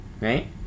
right